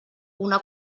una